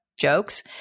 jokes